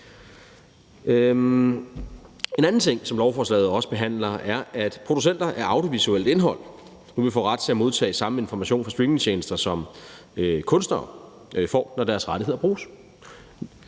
En anden ting, som lovforslaget behandler, er, at producenter af audiovisuelt indhold nu vil få ret til at modtage samme information fra streamingtjenester som kunstnere får, når deres ophavsretlige